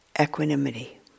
equanimity